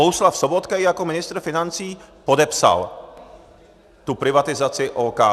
Bohuslav Sobotka ji jako ministr financí podepsal, tu privatizaci OKD.